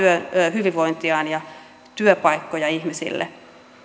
hyvinvointiaan ja työpaikkoja ihmisille